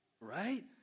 right